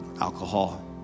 alcohol